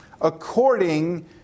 according